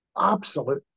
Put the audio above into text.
absolute